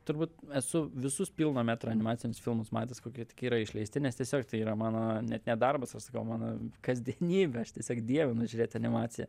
turbūt esu visus pilno metro animacinius filmus matęs kokie tik yra išleisti nes tiesiog tai yra mano net ne darbas aš sakau mano kasdienybė aš tiesiog dievinu žiūrėt animaciją